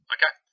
Okay